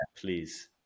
please